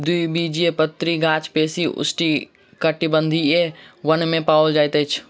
द्विबीजपत्री गाछ बेसी उष्णकटिबंधीय वन में पाओल जाइत अछि